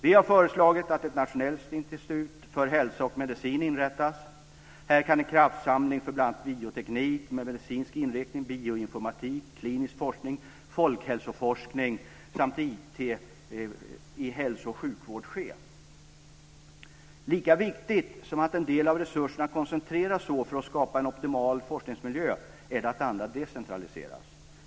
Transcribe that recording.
Vi har föreslagit att ett nationellt institut för hälsa och medicin inrättas. Här kan en kraftsamling för bl.a. bioteknik med medicinsk inriktning, bioinformatik, klinisk forskning, folkhälsoforskning samt IT i hälso och sjukvård ske. Lika viktigt som att en del av resurserna koncentreras så för att skapa en optimal forskningsmiljö är det att andra decentraliseras.